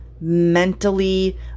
mentally